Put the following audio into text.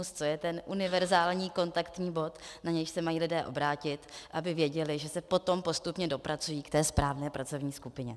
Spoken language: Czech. Co je ten univerzální kontaktní bod, na nějž se mají lidé obrátit, aby věděli, že se potom postupně dopracují ke správné pracovní skupině?